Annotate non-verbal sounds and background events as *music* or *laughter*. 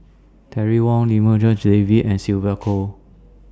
Terry Wong Lim *unintelligible* J V and Sylvia Kho